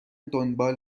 دنبال